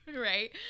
right